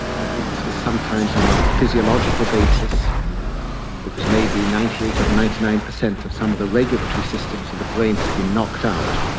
i think this was sometimes on a physiological basis because maybe ninety eight percent or ninety nine percent of some of the regulatory systems in the brain had been knocked out,